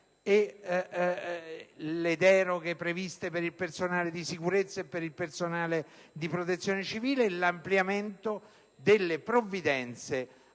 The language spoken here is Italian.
le deroghe previste per il personale di sicurezza e per il personale di protezione civile e l'ampliamento delle provvidenze